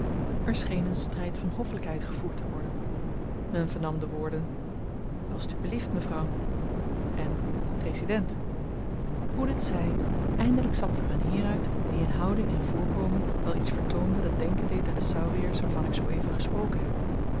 er scheen een stryd van hoffelykheid gevoerd te worden men vernam de woorden als t u belieft mevrouw en resident hoe dit zy eindelyk stapte er een heer uit die in houding en voorkomen wel iets vertoonde dat denken deed aan de sauriers waarvan ik zoo-even gesproken heb